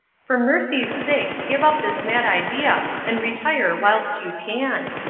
for mercy's sake give up this mad idea and retire whilst you can.